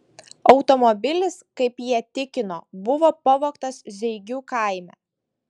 automobilis kaip jie tikino buvo pavogtas zeigių kaime